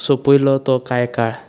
सोंपयलो तो कांय काळ